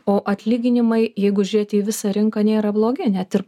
o atlyginimai jeigu žiūrėt į visą rinką nėra blogi net ir